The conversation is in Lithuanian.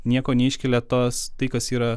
nieko neiškelia tos tai kas yra